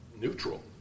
neutral